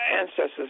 ancestors